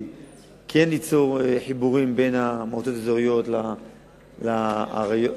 ליצור חיבורים בין המועצות האזוריות לעיריות